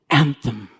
anthem